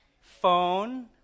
Phone